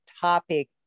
topic